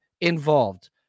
involved